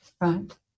Right